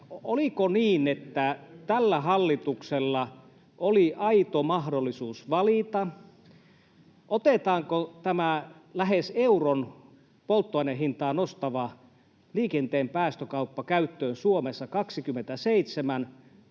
oliko niin, että tällä hallituksella oli aito mahdollisuus valita, otetaanko tämä polttoaineen hintaa lähes euron nostava liikenteen päästökauppa käyttöön Suomessa vuonna